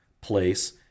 place